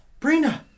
Brina